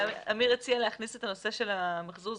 עמיר הציע להכניס את הנושא שרואים